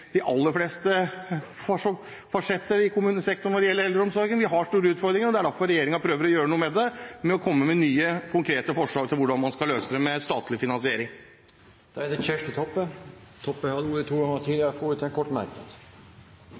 de aller fleste forsetter i kommunesektoren når det gjelder eldreomsorgen. Vi har store utfordringer, og det er derfor regjeringen prøver å gjøre noe med det ved å komme med nye konkrete forslag til hvordan man skal løse det med statlig finansiering. Representanten Kjersti Toppe har hatt ordet to ganger tidligere i debatten og får ordet til en kort merknad,